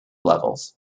levels